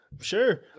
Sure